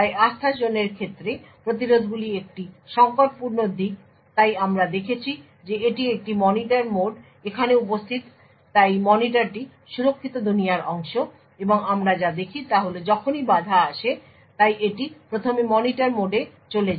তাই আস্থাজোনের ক্ষেত্রে প্রতিরোধগুলি একটি সংকটপূর্ণ দিক তাই আমরা দেখেছি যে এটি একটি মনিটর মোড এখানে উপস্থিত তাই মনিটরটি সুরক্ষিত দুনিয়ার অংশ এবং আমরা যা দেখি তা হল যখনই বাধা আসে তাই এটি প্রথমে মনিটর মোডে চলে যায়